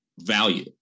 value